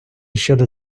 щодо